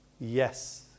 Yes